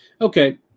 Okay